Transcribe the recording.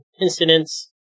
incidents